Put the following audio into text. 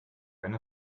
eine